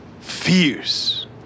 fierce